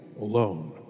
alone